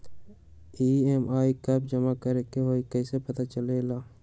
EMI कव जमा करेके हई कैसे पता चलेला?